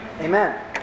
amen